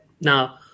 Now